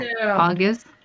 August